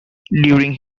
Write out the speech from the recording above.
during